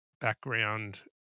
background